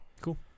Cool